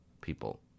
people